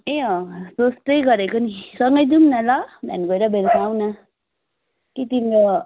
ए अँ सोच्दै गरेको नि सँगै जाउँ न ल हामी गएर बेलुका आउँ न कि तिम्रो